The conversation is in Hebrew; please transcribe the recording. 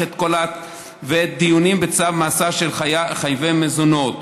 ודיונים בצו מאסר של חייבי מזונות.